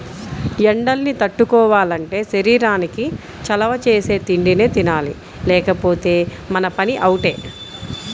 ఎండల్ని తట్టుకోవాలంటే శరీరానికి చలవ చేసే తిండినే తినాలి లేకపోతే మన పని అవుటే